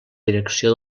direcció